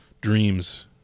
dreams